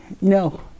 No